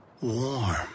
warm